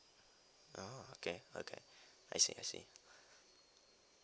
oh okay okay I see I see